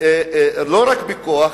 רק בכוח,